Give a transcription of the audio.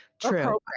True